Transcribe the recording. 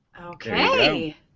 Okay